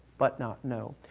but not know.